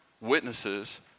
witnesses